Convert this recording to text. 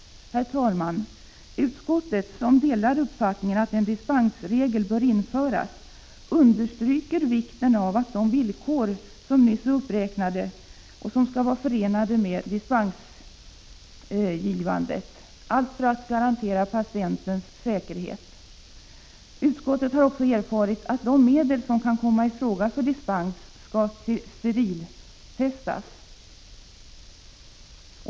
Utskottet, som delar uppfattningen att en dispensregel bör införas, understryker vikten av de nyss uppräknade villkoren som skall vara förenade med dispensgivandet — detta för att garantera patientens säkerhet. Utskottet har också erfarit att de medel som kan komma i fråga för dispens skall steriltestas.